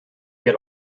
get